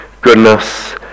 goodness